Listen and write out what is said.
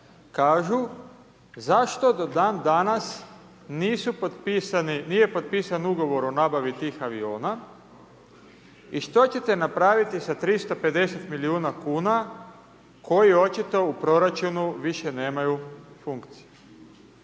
kažu zašto do dan danas nije potpisan ugovor o nabavi tih aviona i što ćete napraviti sa 350 milijuna kuna koji očito u proračunu više nemaju funkciju.